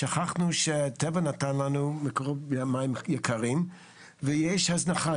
שכחנו שהטבע נתן לנו מקורות מים יקרים ויש הזנחה.